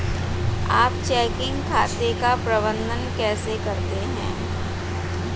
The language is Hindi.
आप चेकिंग खाते का प्रबंधन कैसे करते हैं?